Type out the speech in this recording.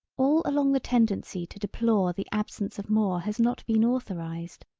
all along the tendency to deplore the absence of more has not been authorised.